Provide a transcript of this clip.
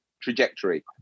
trajectory